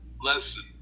lesson